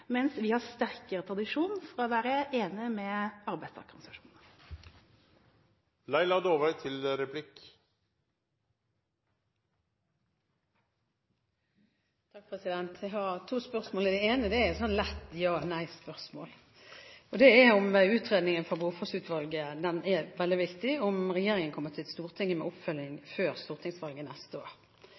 mens vi har sterkere tradisjon for å være enig med arbeidstakerorganisasjonene. Jeg har to spørsmål. Det ene er et lett ja/nei-spørsmål. Utredningen fra Brofoss-utvalget er veldig viktig. Spørsmålet er: Kommer regjeringen med oppfølging til Stortinget før stortingsvalget neste år?